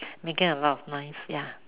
making a lot of noise ya